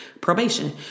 probation